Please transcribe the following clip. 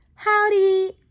howdy